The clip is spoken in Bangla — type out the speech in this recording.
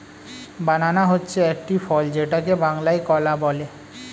বানানা হচ্ছে একটি ফল যেটাকে বাংলায় কলা বলে